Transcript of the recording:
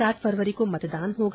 सात फरवरी को मतदान होगा